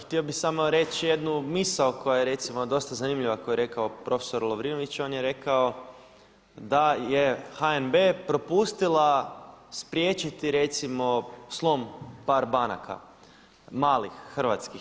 Htio bi samo reći jednu misao koja je recimo dosta zanimljiva koju je rekao profesor Lovrinović, on je rekao da je HNB propustila spriječiti recimo slom par banaka, malih hrvatskih.